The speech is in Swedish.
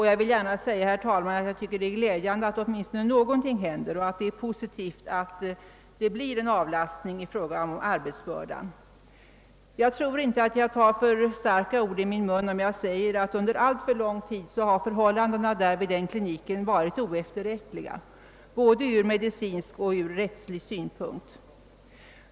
Jag vill gärna säga, herr talman, att det är glädjande att åtminstone någonting händer. Det är positivt att det blir en avlastning av arbetsbördan. Jag tror inte att jag tar för starka ord i min mun om jag säger att förhållandena vid kliniken under alltför lång tid varit oefterrättliga både ur medicinsk och rättslig synpunkt.